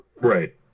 Right